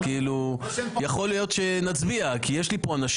אני רוצה להגיד משהו.